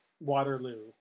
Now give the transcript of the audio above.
Waterloo